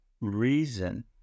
reason